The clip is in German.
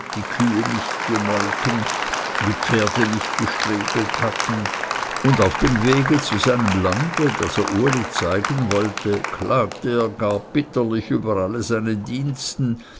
die kühe nicht gemolken die pferde nicht gestriegelt hatten und auf dem wege zu seinem lande das er uli zeigen wollte klagte er gar bitterlich über alle seine diensten